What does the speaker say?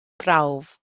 prawf